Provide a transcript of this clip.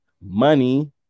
money